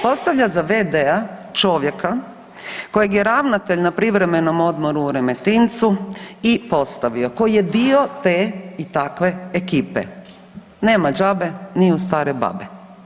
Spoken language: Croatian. Postavlja za v.d. čovjeka kojeg je ravnatelj na privremenom odmoru u Remetincu i postavio, koji je dio te i takve ekipe, nema đabe ni u stare babe.